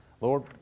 Lord